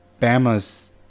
Bama's